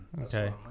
Okay